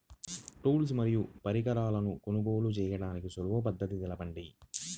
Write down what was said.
Tools మరియు పరికరాలను కొనుగోలు చేయడానికి సులభ పద్దతి తెలపండి?